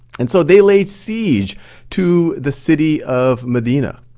and so they laid siege to the city of medina.